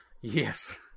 Yes